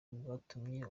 bwatumye